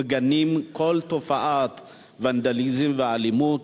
מגנים כל תופעת ונדליזם ואלימות.